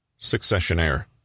Successionaire